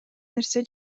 нерсе